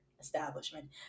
establishment